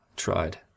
tried